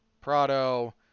Prado